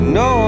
no